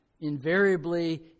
Invariably